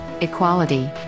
equality